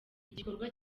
igikorwa